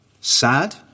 sad